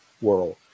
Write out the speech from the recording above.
world